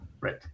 Right